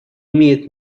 имеет